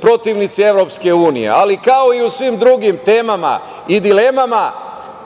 protivnici EU. Ali, kao i u svim drugim temama i dilemama,